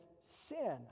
sin